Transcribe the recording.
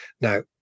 now